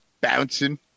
bouncing